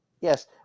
Yes